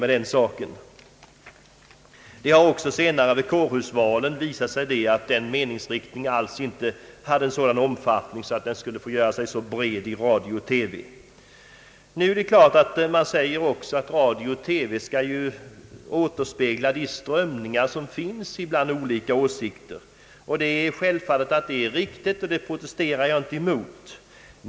Det har också senare vid kårhusvalen visat sig att denna meningsriktning inte alls var av sådan omfattning att den borde fått göra sig så bred i radio och TV. Radio och TV skall återspegla olika strömningar och åsikter i samhället; detta är naturligtvis riktigt och det protesterar jag inte emot.